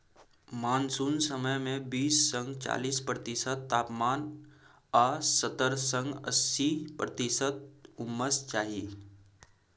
monsoon समय मे बीस सँ चालीस प्रतिशत तापमान आ सत्तर सँ अस्सी प्रतिशत उम्मस चाही